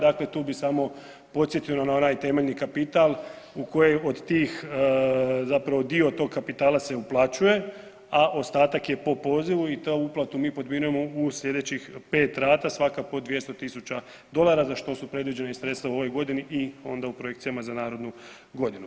Dakle, tu bi samo podsjetio na onaj temeljni kapital u koji od tih, zapravo dio tog kapitala se uplaćuje, a ostatak je po pozivu i tu uplatu mi podmirujemo u slijedećih 5 rata, svaka po 200.000 dolara, za što su predviđena sredstva u ovoj godini i onda u projekcijama za narednu godinu.